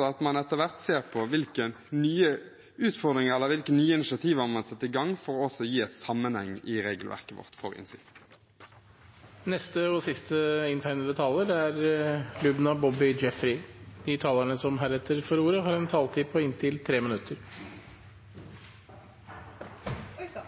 at man etter hvert ser på hvilke nye initiativer man setter i gang for også å gi en sammenheng i regelverket vårt. De talere som heretter får ordet, har en taletid på inntil 3 minutter. Det kan